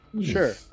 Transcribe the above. Sure